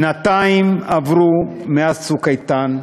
שנתיים עברו מאז "צוק איתן"